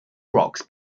rocks